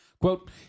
Quote